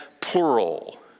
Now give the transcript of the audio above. plural